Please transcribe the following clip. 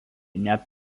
net